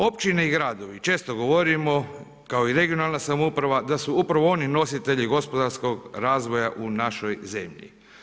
Općine i gradovi često govorimo, kao i regionalna samouprava da su upravo oni nositelji gospodarskog razvoja u našoj zemlji.